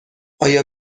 آیا